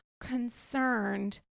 concerned